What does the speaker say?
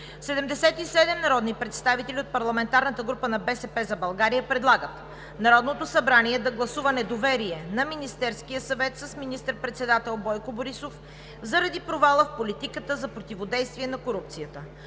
77 народни представители от парламентарната група на „БСП за България“ предлагат Народното събрание да гласува недоверие на Министерския съвет с министър-председател Бойко Борисов заради провала в политиката за противодействие на корупцията.